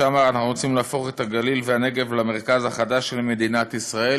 שאמר: "אנחנו רוצים להפוך את הגליל והנגב למרכז החדש של מדינת ישראל,